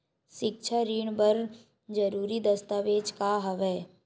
सिक्छा ऋण बर जरूरी दस्तावेज का हवय?